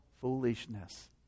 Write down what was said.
foolishness